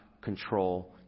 control